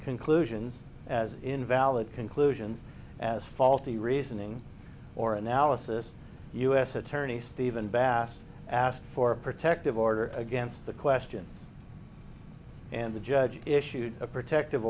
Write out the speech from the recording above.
conclusions as invalid conclusions as faulty reasoning or analysis u s attorney steven bass asked for a protective order against the question and the judge issued a protective